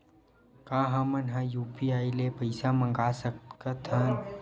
का हमन ह यू.पी.आई ले पईसा मंगा सकत हन?